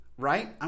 right